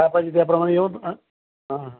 काय पाहिजे त्याप्रमाणे येऊ हा